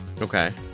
Okay